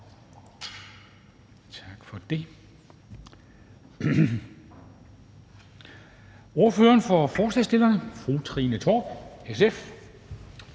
Tak for det.